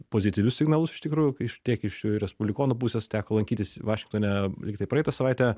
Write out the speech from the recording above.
pozityvius signalus iš tikrųjų iš tiek iš respublikonų pusės teko lankytis vašingtone lygtai praeitą savaitę